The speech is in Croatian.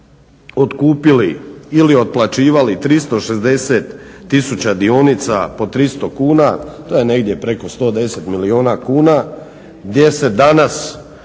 otkupili ili otplaćivali 360 tisuća dionica po 300 kuna, to je negdje preko 110 milijuna kuna, gdje se danas